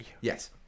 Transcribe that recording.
Yes